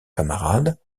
camarade